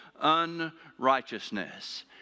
unrighteousness